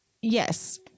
yes